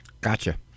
Gotcha